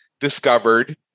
discovered